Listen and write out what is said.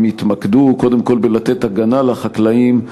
אם יתמקדו קודם כול בלתת הגנה לחקלאים.